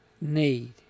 need